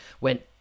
went